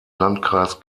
landkreis